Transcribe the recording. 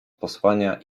posłania